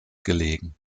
gelegen